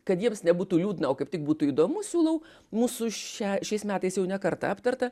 kad jiems nebūtų liūdna o kaip tik būtų įdomu siūlau mūsų šią šiais metais jau ne kartą aptartą